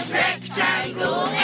rectangle